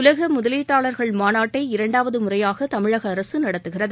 உலக முதலீட்டாளர்கள் மாநாட்டை இரண்டாவது முறையாக தமிழக அரசு நடத்துகிறது